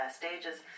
stages